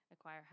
acquire